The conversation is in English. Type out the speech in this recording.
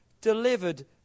delivered